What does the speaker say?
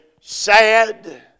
sad